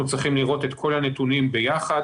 אנחנו צריכים לראות את כל הנתונים ביחד